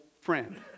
friend